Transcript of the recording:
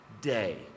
day